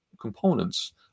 components